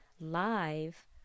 live